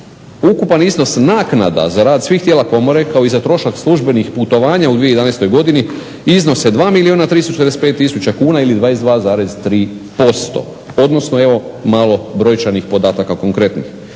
ukupan iznos naknada za rad svih tijela komore, kao i za trošak službenih putovanja u 2011. godini iznose 2 milijuna 365 tisuća kuna ili 22,3%. Odnosno evo malo brojčanih podataka konkretnih,